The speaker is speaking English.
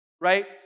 right